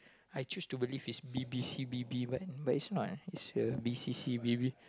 I choose to believe it's b_b_c B B but but it's not it's a B C C B B